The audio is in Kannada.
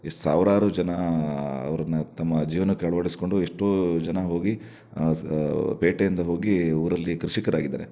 ಎ ಸಾವಿರಾರು ಜನ ಅವ್ರನ್ನು ತಮ್ಮ ಜೀವನಕ್ಕೆ ಅಳವಡಿಸ್ಕೊಂಡು ಎಷ್ಟೊ ಜನ ಹೋಗಿ ಸ್ ಪೇಟೆಯಿಂದ ಹೋಗಿ ಊರಲ್ಲಿ ಕೃಷಿಕರಾಗಿದ್ದಾರೆ